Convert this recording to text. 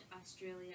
Australia